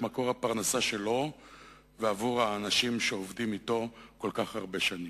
מקור הפרנסה שלו ועבור האנשים שעובדים אתו כל כך הרבה שנים.